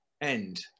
end